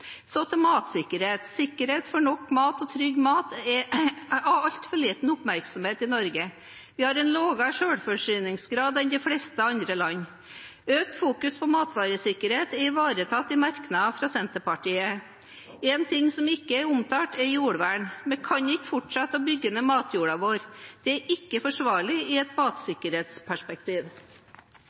Så til matsikkerhet: Sikkerhet for nok mat og trygg mat har altfor liten oppmerksomhet i Norge. Vi har en lavere selvforsyningsgrad enn de fleste andre land. Økt fokusering på matvaresikkerhet er ivaretatt i merknadene fra Senterpartiet. En ting som ikke er omtalt, er jordvern. Vi kan ikke fortsette å bygge ned matjorda vår. Det er ikke forsvarlig i et matsikkerhetsperspektiv.